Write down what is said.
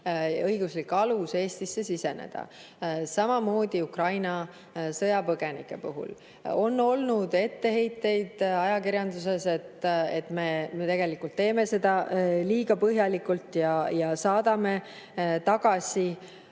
õiguslik alus Eestisse siseneda. Samamoodi Ukraina sõjapõgenike puhul. On olnud etteheiteid ajakirjanduses, et me teeme seda liiga põhjalikult ja saadame piiri